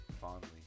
fondly